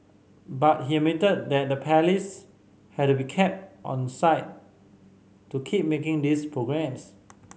but he admitted that the Palace had be kept onside to keep making these programmes